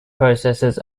processes